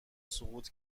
سقوط